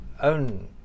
own